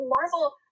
Marvel